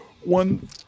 one